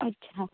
ਅੱਛਾ